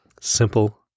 Simple